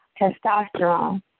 testosterone